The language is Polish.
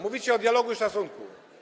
Mówicie o dialogu i szacunku.